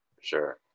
Sure